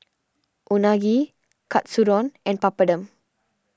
Unagi Katsudon and Papadum